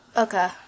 Okay